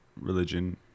religion